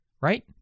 right